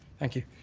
thank you.